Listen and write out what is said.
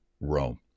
Rome